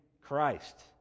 Christ